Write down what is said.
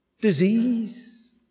disease